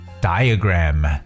Diagram